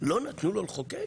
לא נתנו לו לחוקק